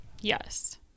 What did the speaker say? Yes